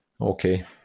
okay